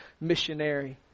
missionary